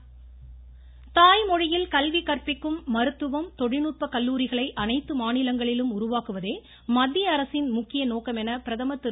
பிரதமர் தாய் மொழியில் கல்வி கற்பிக்கும் மருத்துவக்கல்லூரி தொழில்நுட்ப கல்லூரிகளை அனைத்து மாநிலங்களிலும் உருவாக்குவதே மத்தியஅரசின் முக்கிய நோக்கம் என பிரதமர் திரு